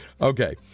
Okay